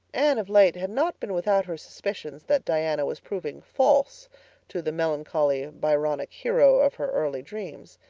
anne, of late, had not been without her suspicions that diana was proving false to the melancholy byronic hero of her early dreams.